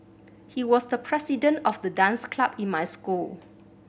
he was the president of the dance club in my school